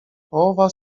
połowa